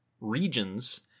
regions